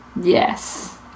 Yes